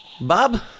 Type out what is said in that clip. Bob